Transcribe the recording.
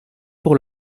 pour